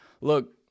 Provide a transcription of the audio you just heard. Look